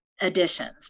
additions